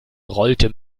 rollte